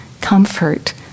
comfort